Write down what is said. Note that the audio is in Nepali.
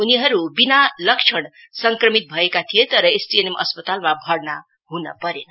उनीहरू विना लक्षण संक्रमित भएका थिए तर एसटीएनएम अस्पतालमा भर्ना हुन परेन